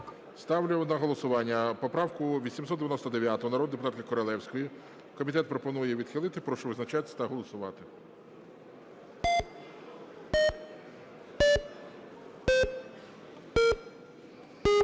Ставлю на голосування правку 2024 народної депутатки Королевської. Комітет пропонує відхилити. Прошу визначатися та голосувати.